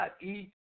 eat